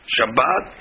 Shabbat